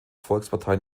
volksparteien